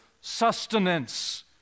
sustenance